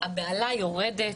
הבהלה יורדת.